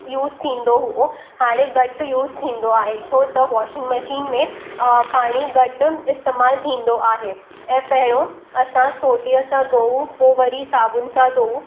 use थींदो उहो हाणे घटि यूज़ थींदो आहे छो त वॉशिंग मशीन में पाणी घटि इस्तेमालु थींदो आहे ऐं पहिरियों असां सोटीअ सां धोऊं पोइ वरी साबुन सां धोऊं